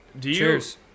Cheers